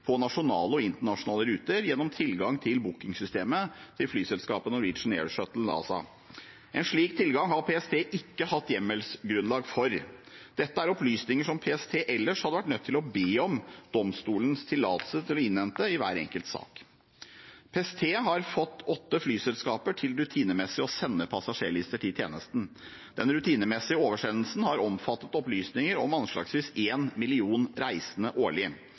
på nasjonale og internasjonale ruter, gjennom tilgang til bookingsystemet til flyselskapet Norwegian Air Shuttle ASA. En slik tilgang har PST ikke hatt hjemmelsgrunnlag for. Dette er opplysninger som PST ellers hadde vært nødt til å be om domstolens tillatelse til å innhente i hver enkelt sak. PST har fått åtte flyselskaper til rutinemessig å sende passasjerlister til tjenesten. Den rutinemessige oversendelsen har omfattet opplysninger om anslagsvis 1 million reisende årlig.